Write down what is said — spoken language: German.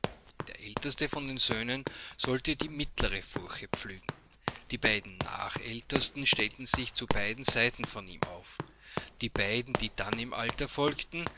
der älteste von den söhnen sollte die mittlere furche pflügen die beiden nächstältesten stellten sich zu beiden seiten von ihm auf die beiden die dann im alter folgten